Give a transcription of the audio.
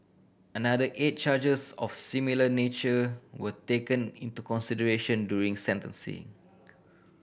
another eight charges of similar nature were taken into consideration during sentencing